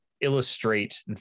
illustrate